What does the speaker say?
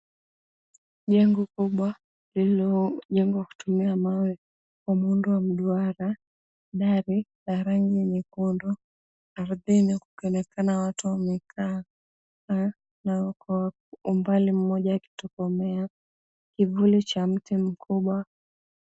Jengo kubwa lililojengwa kutumia mawe kwa muundo wa mduara, dari la rangi nyekundu, Ardhini kukionekana watu wamekaa na kwa umbali mmoja akitokomea, kivuli cha mti mkubwa.